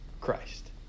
Christ